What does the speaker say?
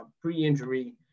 pre-injury